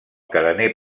carener